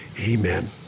amen